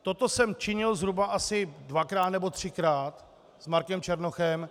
Toto jsem činil zhruba asi dvakrát nebo třikrát s Markem Černochem.